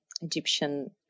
Egyptian